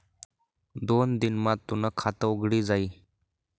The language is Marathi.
दोन दिन मा तूनं खातं उघडी जाई